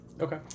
Okay